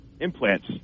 implants